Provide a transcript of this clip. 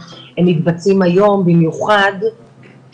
אני לא יכול לענות לך באופן פרטני כרגע